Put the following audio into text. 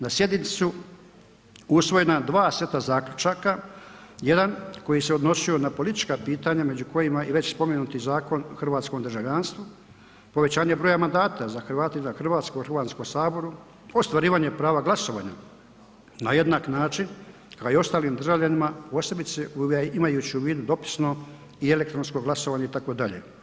Na sjednici su usvojena dva seta zaključaka, jedan koji se odnosio na politička pitanja među kojima i već spomenuti Zakon o hrvatskom državljanstvu, povećanje broja mandata za Hrvate izvan Hrvatske u Hrvatskom saboru, ostvarivanje prava glasovanja na jednak način kao i ostalim državljanima posebice imajući u vidu dopisno i elektronsko glasovanje itd.